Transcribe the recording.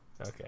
Okay